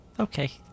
Okay